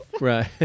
right